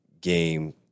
game